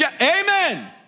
Amen